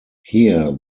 here